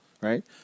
right